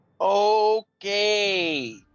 Okay